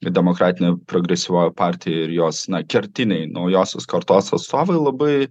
nedemokratinė progresyvioji partija ir jos na kertiniai naujosios kartos atstovai labai